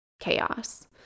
chaos